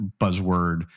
buzzword